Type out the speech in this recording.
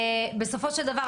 בסופו של דבר,